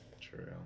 True